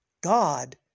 God